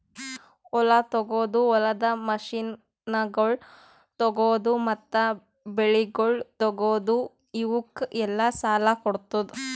ಹೊಲ ತೊಗೋದು, ಹೊಲದ ಮಷೀನಗೊಳ್ ತೊಗೋದು, ಮತ್ತ ಬೆಳಿಗೊಳ್ ತೊಗೋದು, ಇವುಕ್ ಎಲ್ಲಾ ಸಾಲ ಕೊಡ್ತುದ್